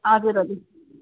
हजुर हजुर